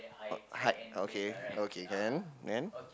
uh height uh okay okay can then